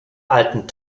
alten